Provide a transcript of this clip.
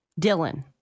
dylan